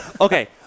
Okay